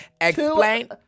Explain